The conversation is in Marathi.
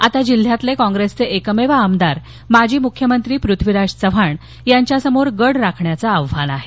आता जिल्ह्यातील काँप्रेसचे एकमेव आमदार माजी मुख्यमंत्री पृथ्वीराज चव्हाण यांच्यासमोर गड राखण्याचं आव्हान आहे